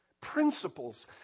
Principles